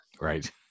Right